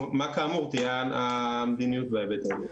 כאמור תהיה המדיניות בהיבט הזה.